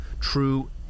true